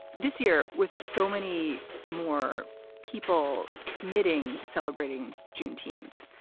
this year, with so many more people committing to celebrating juneteenth,